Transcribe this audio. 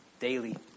daily